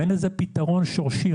אין לזה פתרון שורשי,